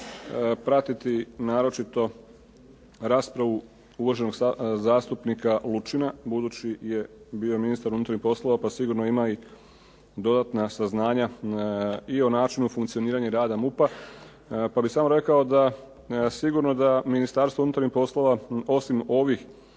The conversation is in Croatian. pratiti naročito raspravu uvaženog zastupnika Lučina budući je bio ministar unutarnjih poslova pa sigurno ima i dodatna saznanja i o načinu funkcioniranja i rada MUP-a, pa bih samo rekao da sigurno da Ministarstvo unutarnjih poslova osim ovih